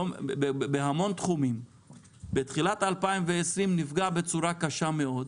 בהמון תחומים בתחילת 2020 נפגע בצורה קשה מאוד,